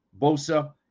Bosa